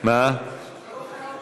לא חייב,